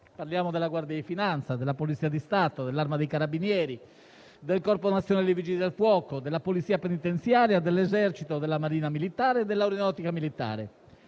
Parliamo della Guardia di finanza, della Polizia di Stato, dell'Arma dei carabinieri, del Corpo nazionale dei vigili del fuoco, della Polizia penitenziaria, dell'Esercito, della Marina militare e dell'Aeronautica militare.